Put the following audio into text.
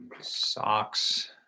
Socks